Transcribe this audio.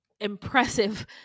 impressive